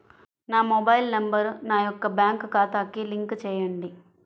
నా mobile number నా యొక్క బ్యాంక్ ఖాతాకి లింక్ చేయండీ?